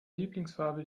lieblingsfarbe